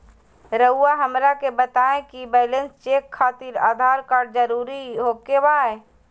रउआ हमरा के बताए कि बैलेंस चेक खातिर आधार कार्ड जरूर ओके बाय?